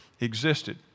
existed